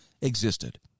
existed